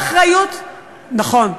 נכון.